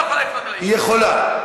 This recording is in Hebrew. היא לא יכולה לפנות, אתה יכול להגיד,